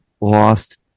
lost